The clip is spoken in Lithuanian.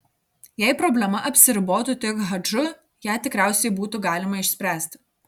jei problema apsiribotų tik hadžu ją tikriausiai būtų galima išspręsti